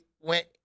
went